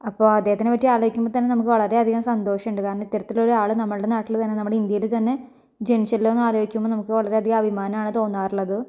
അപ്പോൾ അദ്ദേഹത്തിനെപ്പറ്റി ആലോചിക്കുമ്പോൾ തന്നെ നമുക്ക് വളരെ അധികം സന്തോഷമുണ്ട് കാരണം ഇത്തരത്തിലൊരാള് നമ്മളുടെ നാട്ടില് തന്നെ നമ്മുടെ ഇന്ത്യയിൽ തന്നെ ജനിച്ചല്ലോ എന്ന് ആലോചിക്കുമ്പോൾ നമുക്ക് വളരെ അധികം അഭിമാനാണ് തോന്നാറുള്ളത്